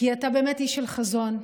כי אתה באמת איש של חזון,